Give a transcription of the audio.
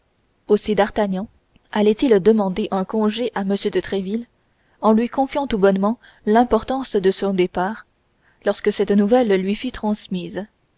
aussi d'artagnan allait-il demander un congé à m de tréville en lui confiant tout bonnement l'importance de son départ lorsque cette nouvelle lui fut transmise